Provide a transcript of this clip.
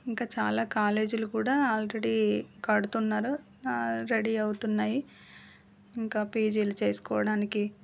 ఇంకా చాలా కాలేజీలు కూడా ఆల్రెడీ కడుతున్నారు రెడీ అవుతున్నాయి ఇంకా పీజీలు చేసుకోవడానికి